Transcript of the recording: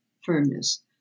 firmness